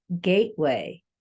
gateway